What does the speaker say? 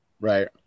Right